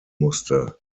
musste